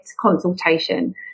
Consultation